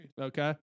Okay